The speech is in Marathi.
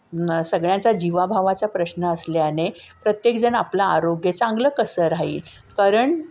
न सगळ्यांच्या जीवाभावाचा प्रश्न असल्याने प्रत्येकजण आपलं आरोग्य चांगलं कसं राहील कारण